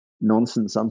nonsense